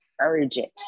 urgent